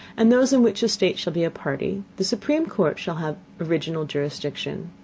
and those in which a state shall be party, the supreme court shall have original jurisdiction.